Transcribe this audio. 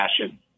passion